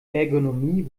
ergonomie